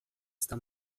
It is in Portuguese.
está